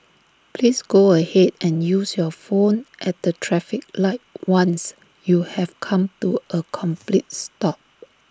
please go ahead and use your phone at the traffic light once you have come to A complete stop